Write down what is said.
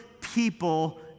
people